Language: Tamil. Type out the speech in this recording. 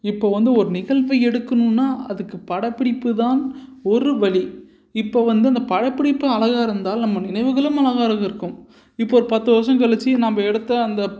இப்போ வந்து ஒரு நிகழ்வை எடுக்கணுன்னால் அதுக்கு படப்பிடிப்புதான் ஒரு வழி இப்போ வந்து இந்த படப்பிடிப்பு அழகாக இருந்தால் நம்ம நினைவுகளும் அழகாக இருக்கும் இப்போ ஒரு பத்து வருஷம் கழித்து நம்ம எடுத்த அந்த